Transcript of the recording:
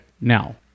Now